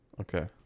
Okay